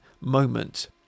moment